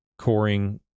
coring